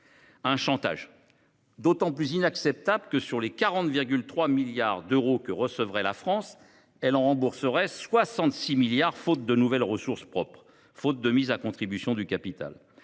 Ce chantage est d’autant plus inacceptable que, sur les 40,3 milliards d’euros que recevrait la France, elle en rembourserait 66 milliards d’euros, faute de nouvelles ressources propres et faute de mise à contribution du capital.